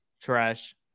Trash